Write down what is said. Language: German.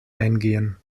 eingehen